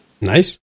Nice